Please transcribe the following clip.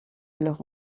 leur